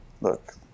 look